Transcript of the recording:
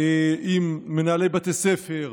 עם מנהלי בתי ספר,